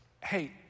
hey